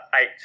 eight